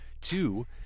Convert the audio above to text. two